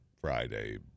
Friday